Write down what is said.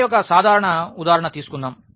ఆపై ఒక సాధారణ ఉదాహరణ తీసుకుందాం